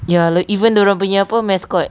ya even dia orang punya mascot